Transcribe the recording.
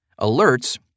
Alerts